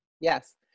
Yes